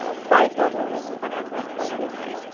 so fight elder abuse and financial exploitation.